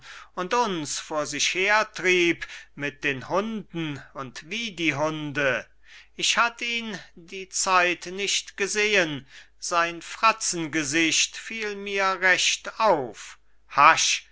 und uns vor sich hertrieb mit den hunden und wie die hunde ich hatt ihn die zeit nicht gesehen sein fratzengesicht fiel mir recht auf hasch